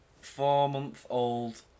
Four-month-old